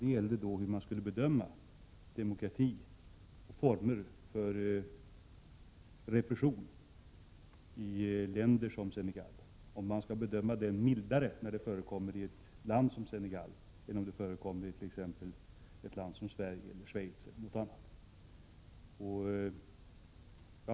Det gällde då hur man skulle bedöma demokrati och de former för repression som kommit till uttryck i Senegal, om man skulle bedöma dem mildare när de förekommer i ett land som Senegal än om de förekommer i länder som t.ex. Sverige, Schweiz eller något annat land.